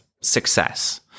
success